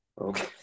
Okay